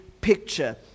picture